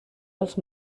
els